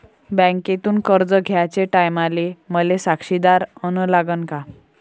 बँकेतून कर्ज घ्याचे टायमाले मले साक्षीदार अन लागन का?